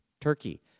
Turkey